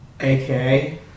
Okay